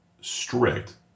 strict